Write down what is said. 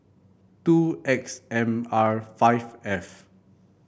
two X M R five F